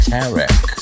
Tarek